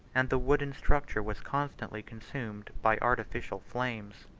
and the wooden structure was constantly consumed by artificial flames.